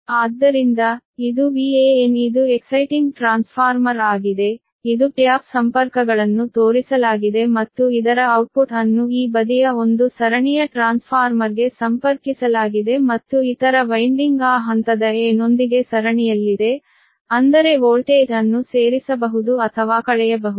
ಆದ್ದರಿಂದ ಇದು Van ಇದು ಎಕ್ಸೈಟಿಂಗ್ ಟ್ರಾನ್ಸ್ಫಾರ್ಮರ್ ಆಗಿದೆ ಇದು ಟ್ಯಾಪ್ ಸಂಪರ್ಕಗಳನ್ನು ತೋರಿಸಲಾಗಿದೆ ಮತ್ತು ಇದರ ಔಟ್ಪುಟ್ ಅನ್ನು ಈ ಬದಿಯ 1 ಸರಣಿಯ ಟ್ರಾನ್ಸ್ಫಾರ್ಮರ್ಗೆ ಸಂಪರ್ಕಿಸಲಾಗಿದೆ ಮತ್ತು ಇತರ ವಿಂಡಿಂಗ್ ಆ ಹಂತದ a ನೊಂದಿಗೆ ಸರಣಿಯಲ್ಲಿದೆ ಅಂದರೆ ವೋಲ್ಟೇಜ್ ಅನ್ನು ಸೇರಿಸಬಹುದು ಅಥವಾ ಕಳೆಯಬಹುದು